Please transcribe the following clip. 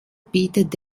bietet